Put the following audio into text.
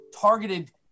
targeted